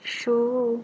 so